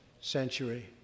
century